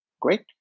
Great